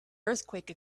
earthquake